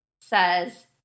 says